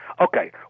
Okay